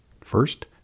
First